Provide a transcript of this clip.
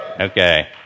Okay